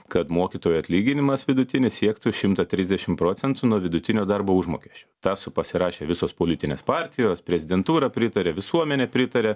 kad mokytojo atlyginimas vidutinis siektų šimtą trisdešim procentų nuo vidutinio darbo užmokesčio tą su pasirašė visos politinės partijos prezidentūra pritarė visuomenė pritarė